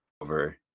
over